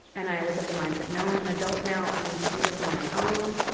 and i was of the mindset no, i'm an adult now, i need to do this on my own',